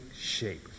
shape